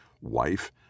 wife